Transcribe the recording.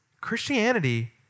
Christianity